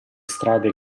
strade